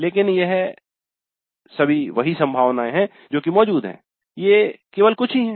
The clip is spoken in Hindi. लेकिन ये सभी वही संभावनाएं है जो कि मौजूद हैं ये केवल कुछ ही है